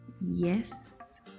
yes